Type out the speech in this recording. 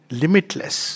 limitless